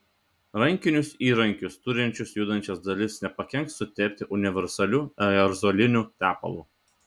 rankinius įrankius turinčius judančias dalis nepakenks sutepti universaliu aerozoliniu tepalu